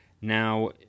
Now